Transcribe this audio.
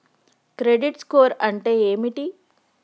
Credit score అంటే ఏమిటి?